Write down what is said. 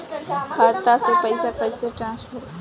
खाता से पैसा कईसे ट्रासर्फर होई?